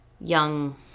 young